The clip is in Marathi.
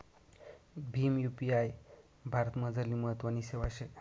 भीम यु.पी.आय भारतमझारली महत्वनी सेवा शे